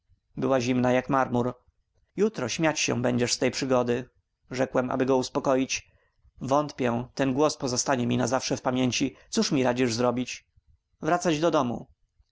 była zimna jak marmur jutro śmiać się będziesz z tej przygody rzekłem aby go uspokoić wątpię ten głos pozostanie mi na zawsze w pamięci cóż mi radzisz zrobić wracać do domu